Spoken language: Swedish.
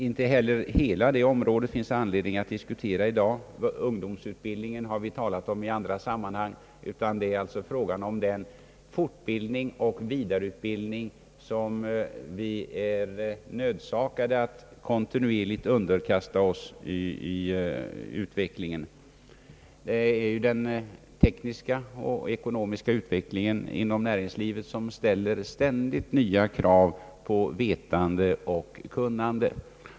Inte hela det området finns det anledning att diskutera i dag. Ungdomsutbildningen har vi diskuterat i andra sammanhang. Det är alltså nu fråga om den fortbildning och vidareutbildning som vi är nödsakade att kontinuerligt underkasta oss i utvecklingen. Den tekniska och ekonomiska utvecklingen inom näringslivet ställer ständigt nya krav på vetande och kunnande.